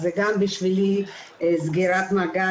אז זה גם בשבילי סגירת מעגל.